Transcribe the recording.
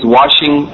washing